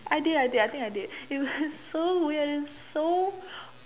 I did I did I think I did it was so weird and so